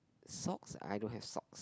socks I don't have socks